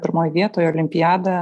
pirmoj vietoj olimpiadą